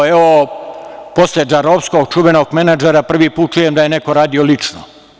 Evo, to posle Džarovskog, čuvenog menadžera, prvi put čujem da je neko radio lično.